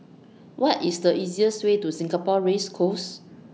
What IS The easiest Way to Singapore Race Course